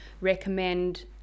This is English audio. recommend